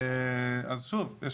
אז שוב,